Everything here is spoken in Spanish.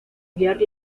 guiar